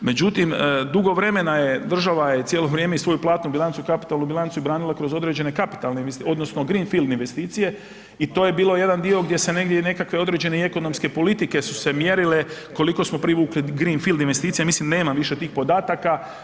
Međutim, dugo vremena je država cijelo vrijeme i svoju platnu i kapitalnu bilancu branila kroz određene kapitalne odnosno greenfield investicije i to je bio jedan dio gdje se negdje nekakve određene ekonomske politike su se mjerile koliko smo privukli greenfield investicija, mislim nema više tih podataka.